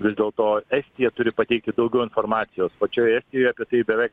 vis dėlto estija turi pateikti daugiau informacijos pačioje estijoje apie tai beveik